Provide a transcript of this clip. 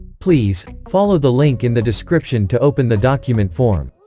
please, follow the link in the description to open the document form.